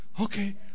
Okay